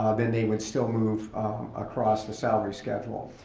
um then they would still move across the salary schedule.